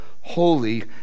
holy